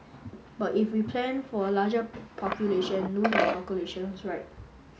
but if we plan for a larger population do the calculations right